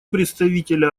представителя